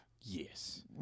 Yes